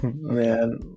man